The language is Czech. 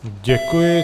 Děkuji.